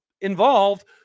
involved